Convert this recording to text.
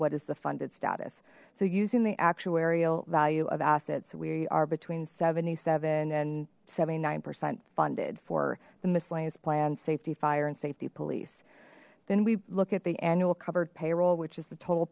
what is the funded status so using the actuarial value of assets we are between seventy seven and seventy nine percent funded for the miscellaneous plans safety fire and safety police then we look at the annual covered payroll which is the total